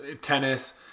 tennis